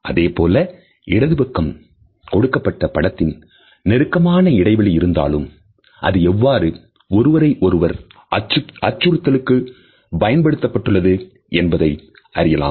அதேபோல இடது பக்கம் கொடுக்கப்பட்ட படத்தில் நெருக்கமான இடைவெளி இருந்தாலும் அது எவ்வாறு ஒருவரை ஒருவர் அச்சுறுத்தலுக்கு பயன்படுத்தப்பட்டுள்ளது என்பதை அறியலாம்